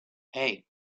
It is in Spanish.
hey